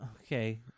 Okay